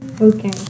Okay